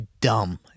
dumb